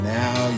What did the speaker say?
now